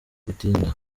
gutinda